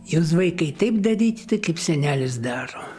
jūs vaikai taip darykite kaip senelis daro